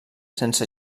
sense